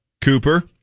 Cooper